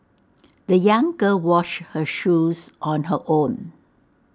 the young girl washed her shoes on her own